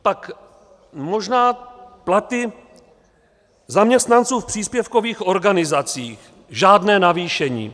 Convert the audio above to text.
Tak možná platy zaměstnanců v příspěvkových organizacích, žádné navýšení.